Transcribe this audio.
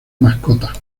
mascotas